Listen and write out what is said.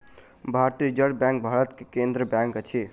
भारतीय reserve bank Bharat के केंद्रीय बैंक अछि